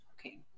Okay